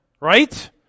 right